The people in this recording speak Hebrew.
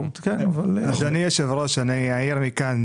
אדוני היושב-ראש, אני אעיר מכאן.